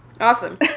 Awesome